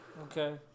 Okay